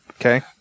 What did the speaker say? Okay